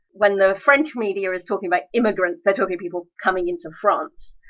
when the french media is talking about immigrants, they're talking people coming into france!